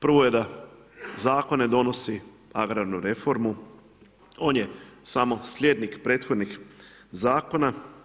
Prvo je da zakone donosi agrarnu reformu, on je samo slijednik prethodnih zakona.